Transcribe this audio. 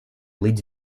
leads